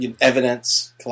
evidence